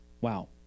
Wow